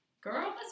girl